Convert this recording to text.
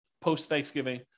post-Thanksgiving